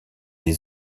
les